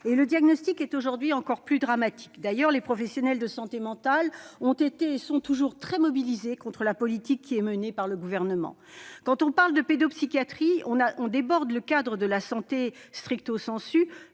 Le diagnostic est aujourd'hui encore plus dramatique. Les professionnels de santé mentale ont d'ailleurs été, et sont toujours, très mobilisés contre la politique menée par le Gouvernement. Quand on parle de pédopsychiatrie, on déborde du cadre de la santé, puisque